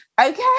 Okay